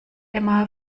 emma